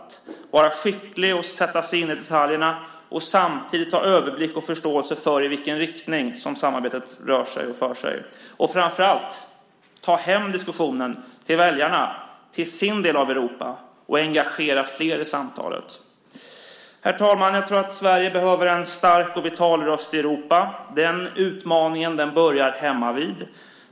Det gäller att vara skicklig att sätta sig in i detaljerna och samtidigt ha överblick och förståelse för i vilken riktning som samarbetet för sig och rör sig och framför allt ta hem diskussionen till väljarna, till sin del av Europa och engagera flera i samtalet. Herr talman! Jag tror att Sverige behöver en stark och vital röst i Europa. Den utmaningen börjar hemmavid.